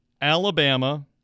Alabama